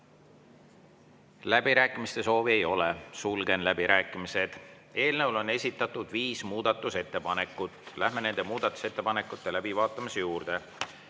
Läbirääkimiste soovi ei ole. Sulgen läbirääkimised. Eelnõu kohta on esitatud viis muudatusettepanekut. Läheme nende muudatusettepanekute läbivaatamise juurde.